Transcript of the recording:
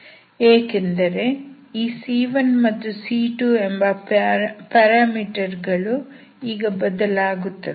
ಏಕೆಂದರೆ ಈ c1 ಮತ್ತು c2 ಎಂಬ ಪ್ಯಾರಾಮೀಟರ್ ಗಳು ಈಗ ಬದಲಾಗುತ್ತವೆ